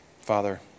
Father